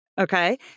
okay